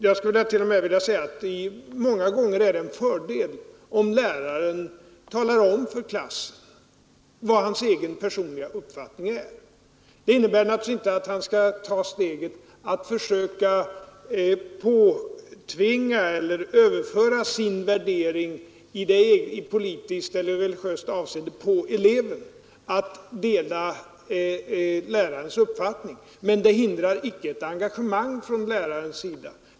Jag skulle t.o.m. vilja säga att det många gånger är en fördel om läraren talar om för klassen vilken hans personliga uppfattning är. Det innebär naturligtvis inte att han skall försöka överföra sin egen värdering i politiskt eller religiöst avseende på eleven och försöka tvinga honom att dela lärarens uppfattning, men det hindrar inte ett engagemang från lärarens sida.